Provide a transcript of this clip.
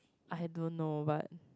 I don't know but